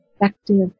effective